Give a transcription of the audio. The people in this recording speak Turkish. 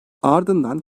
ardından